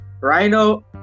Rhino